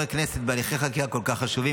חברי הכנסת יונתן מישרקי וקבוצת המציעים,